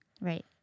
Right